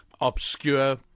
obscure